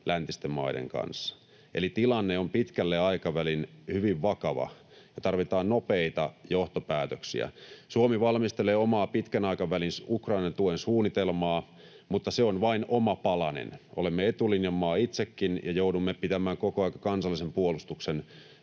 läntisten maiden kanssa. Eli tilanne on pitkällä aikavälillä hyvin vakava, ja tarvitaan nopeita johtopäätöksiä. Suomi valmistelee omaa pitkän aikavälin Ukrainan tuen suunnitelmaa, mutta se on vain oma palanen. Olemme etulinjan maa itsekin ja joudumme pitämään koko ajan kansallisen puolustuksen